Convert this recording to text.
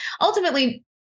ultimately